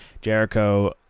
Jericho